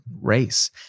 race